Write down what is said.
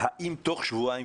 האם תוך שבועיים,